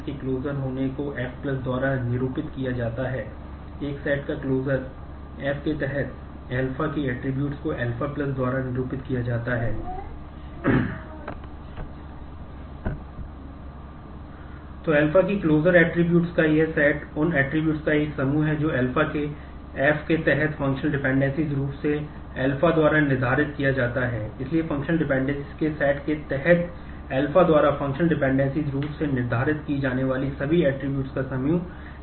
इसलिए ऐट्रिब्यूट्स का समूह α का सदस्य है